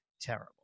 Terrible